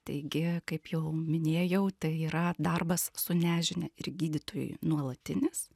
taigi kaip jau minėjau tai yra darbas su nežinia ir gydytojui nuolatinis